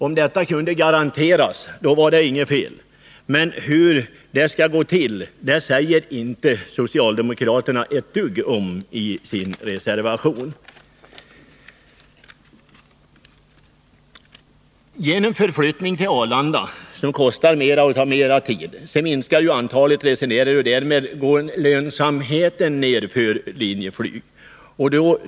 Om detta kunde garanteras, var det inget fel. Men hur det skall gå till säger socialdemokraterna inte ett dugg om i denna Nr 53 reservation. Onsdagen den Genom en förflyttning till Arlanda, som medföra högre kostnader och 17 december 1980 längre restid för passagerarna minskar antalet resenärer, och därmed går lönsamheten för Linjeflyg ned.